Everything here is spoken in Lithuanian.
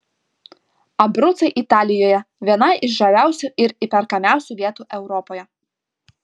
abrucai italijoje viena iš žaviausių ir įperkamiausių vietų europoje